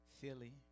Philly